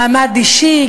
מעמד אישי,